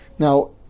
Now